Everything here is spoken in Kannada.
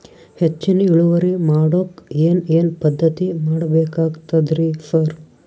ಹೆಚ್ಚಿನ್ ಇಳುವರಿ ಮಾಡೋಕ್ ಏನ್ ಏನ್ ಪದ್ಧತಿ ಮಾಡಬೇಕಾಗ್ತದ್ರಿ ಸರ್?